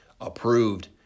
approved